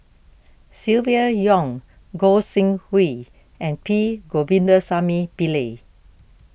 Silvia Yong Gog Sing Hooi and P Govindasamy Pillai